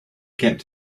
kept